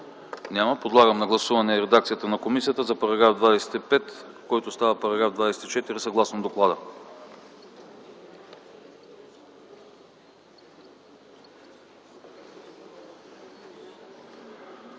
Няма. Подлагам на гласуване редакцията на комисията за § 15, който става § 14, съгласно доклада.